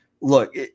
Look